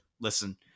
Listen